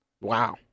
wow